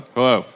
Hello